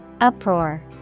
Uproar